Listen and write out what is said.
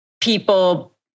people